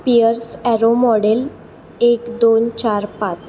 pairs Arrow model एक दोन चार पाच